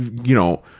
you know,